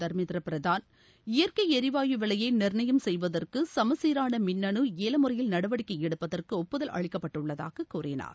தர்மேந்திர பிரதான் இயற்கை எரிவாயு விலையை நிர்ணயம் செய்வதற்கு சமச்சீரான மின்னனு ஏல முறையில் நடவடிக்கை எடுப்பதற்கு ஒப்புதல் அளிக்கப்பட்டுள்ளதாக கூறினார்